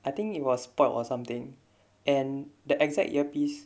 I think it was spoilt or something and the exact earpiece